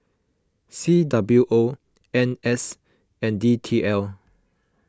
C W O N S and D T L